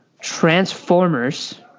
Transformers